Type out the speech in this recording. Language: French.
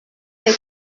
des